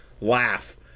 laugh